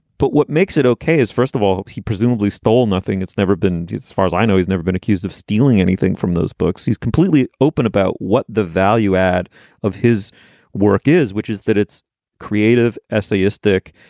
but what makes it okay is, first of all, he presumably stole nothing. it's never been as far as i know, he's never been accused of stealing anything from those books. he's completely open about what the value add of his work is, which is that it's creative, essayist, thick,